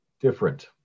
different